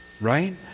Right